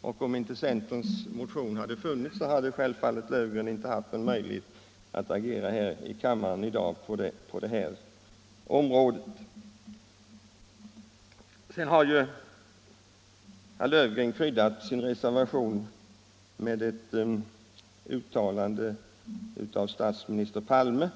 och om centermotionen inte funnits hade självfallet herr Löfgren inte haft möjlighet att agera i kammaren i dag på detta område. Herr Löfgren har kryddat sin reservation med ett uttalande av statsminister Palme.